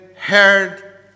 heard